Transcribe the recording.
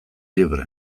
libre